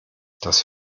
das